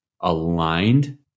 aligned